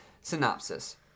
Synopsis